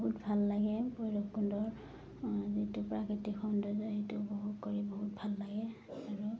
বহুত ভাল লাগে ভৈৰৱকুণ্ডৰ যিটো প্ৰাকৃতিক সৌন্দৰ্য সেইটো উপভোগ কৰি বহুত ভাল লাগে আৰু